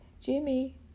Jimmy